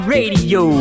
Radio